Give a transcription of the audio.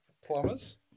plumbers